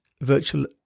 virtual